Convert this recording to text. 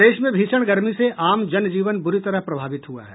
प्रदेश में भीषण गर्मी से आम जन जीवन बुरी तरह प्रभावित हुआ है